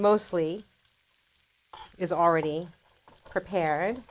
mostly is already prepared